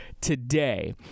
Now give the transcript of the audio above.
today